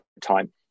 time